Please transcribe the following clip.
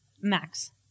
Max